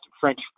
French